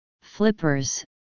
flippers